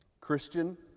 Christian